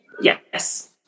Yes